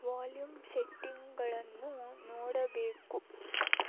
volume ಸೆಟ್ಟಿಂಗ್ಗಳನ್ನು ನೋಡಬೇಕು